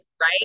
Right